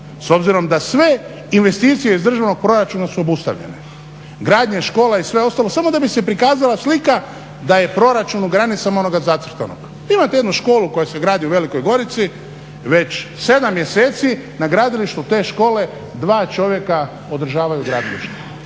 s obzirom da sve investicije iz državnog proračuna su obustavljene, gradnje škola i sve ostalo samo da bi se prikazala slika da je proračun u granicama onoga zacrtanog. Imate jednu školu koja se gradi u Velikoj Gorici, već 7 mjeseci na gradilištu te škole 2 čovjeka održavaju gradilište,